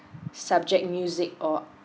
subject music or